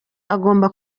agomba